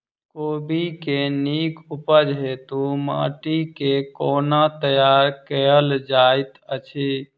कोबी केँ नीक उपज हेतु माटि केँ कोना तैयार कएल जाइत अछि?